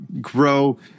grow